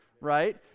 right